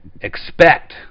expect